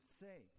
say